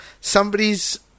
somebody's